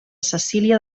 cecília